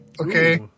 okay